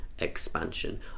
Expansion